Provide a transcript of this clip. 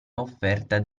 offerta